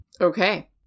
Okay